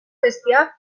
bestiar